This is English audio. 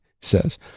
says